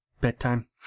bedtime